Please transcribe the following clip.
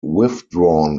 withdrawn